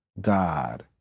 God